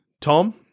Tom